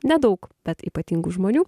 nedaug bet ypatingų žmonių